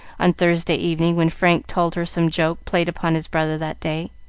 on thursday evening, when frank told her some joke played upon his brother that day.